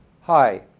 Hi